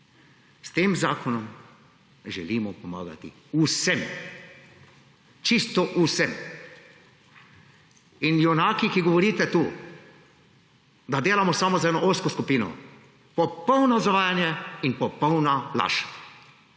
S tem zakonom želimo pomagati vsem, čisto vsem. Junaki, ki tu govorite, da delamo samo za eno ozko skupino, to je popolno zavajanje in popolna laž.